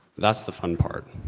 that's the fun part.